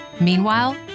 Meanwhile